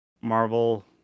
Marvel